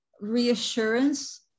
reassurance